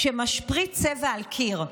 "שמשפריץ צבע על קיר"?